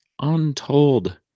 untold